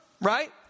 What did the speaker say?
right